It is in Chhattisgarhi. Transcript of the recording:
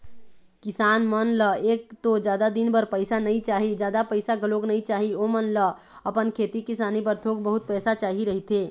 किसान मन ल एक तो जादा दिन बर पइसा नइ चाही, जादा पइसा घलोक नइ चाही, ओमन ल अपन खेती किसानी बर थोक बहुत पइसा चाही रहिथे